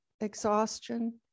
exhaustion